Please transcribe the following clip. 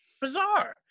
Bizarre